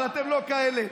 אבל אתם לא כאלה.